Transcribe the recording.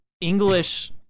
english